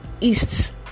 east